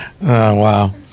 Wow